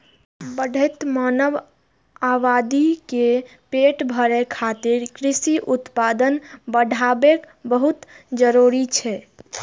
बढ़ैत मानव आबादी के पेट भरै खातिर कृषि उत्पादन बढ़ाएब बहुत जरूरी होइ छै